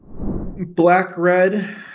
Black-red